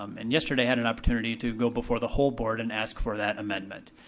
um and yesterday had an opportunity to go before the whole board and ask for that amendment.